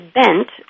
bent